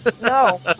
No